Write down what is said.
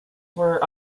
were